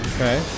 Okay